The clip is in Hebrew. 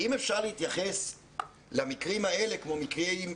האם אפשר להתייחס למקרים האלה כמו מקרים,